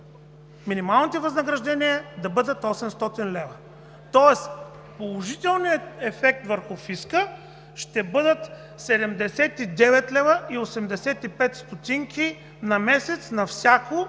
минималните възнаграждения да бъдат 800 лв., тоест положителният ефект върху фиска ще бъдат 79,85 лв. на месец на всяко